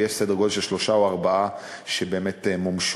ויש סדר גודל של שלושה או ארבעה שבאמת מומשו.